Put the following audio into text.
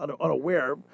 unaware